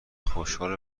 خوشحال